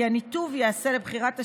כי הניתוב ייעשה לבחירת השירות,